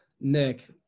Nick